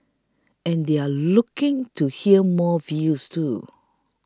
and they're looking to hear more views too